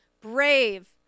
brave